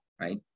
right